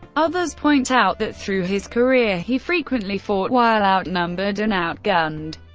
others point out that through his career, he frequently fought while out-numbered and out-gunned,